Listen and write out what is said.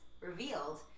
revealed